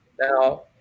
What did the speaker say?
Now